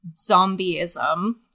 zombieism